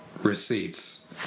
receipts